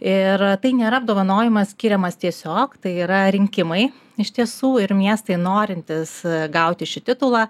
ir tai nėra apdovanojimas skiriamas tiesiog tai yra rinkimai iš tiesų ir miestai norintys gauti šį titulą